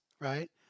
right